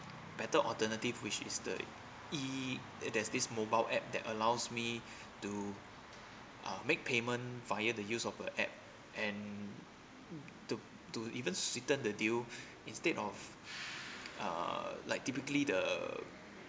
better alternative which is the e~ uh there's this mobile app that allows me to uh make payment via the use of a app and to to sweeten the deal instead of uh like typically the